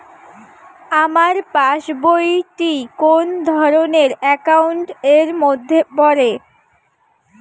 আমার পাশ বই টি কোন ধরণের একাউন্ট এর মধ্যে পড়ে?